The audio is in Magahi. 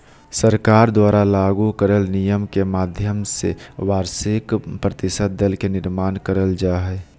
सरकार द्वारा लागू करल नियम के माध्यम से वार्षिक प्रतिशत दर के निर्माण करल जा हय